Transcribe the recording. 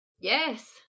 Yes